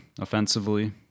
offensively